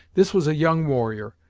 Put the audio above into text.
this was a young warrior,